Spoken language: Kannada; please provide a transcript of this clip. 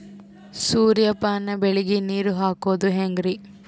ಸೂರ್ಯಪಾನ ಬೆಳಿಗ ನೀರ್ ಹಾಕೋದ ಹೆಂಗರಿ?